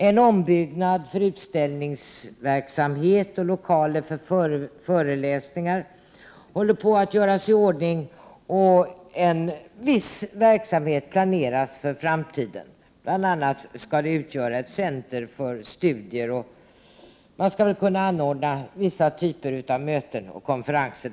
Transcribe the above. En ombyggnad för utställningsverksamhet har genomförts, lokaler för föreläsningar håller på att göras i ordning och viss verksamhet planeras för framtiden. Bl.a. skall anläggningen bli ett center för studier, och man skall väl där också kunna anordna vissa typer av möten och konferenser.